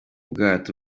bwato